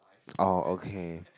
orh okay